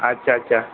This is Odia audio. ଆଚ୍ଛା ଆଚ୍ଛା